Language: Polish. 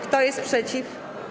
Kto jest przeciw?